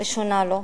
ראשונה לו.